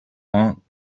mark